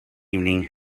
evening